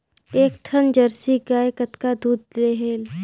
एक ठन जरसी गाय कतका दूध देहेल?